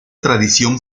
tradición